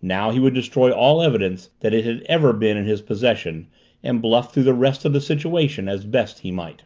now he would destroy all evidence that it had ever been in his possession and bluff through the rest of the situation as best he might.